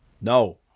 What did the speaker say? no